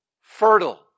fertile